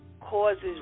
causes